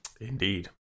Indeed